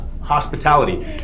hospitality